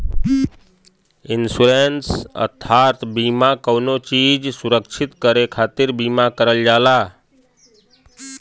insurance अर्थात बीमा कउनो चीज सुरक्षित करे खातिर बीमा करल जाला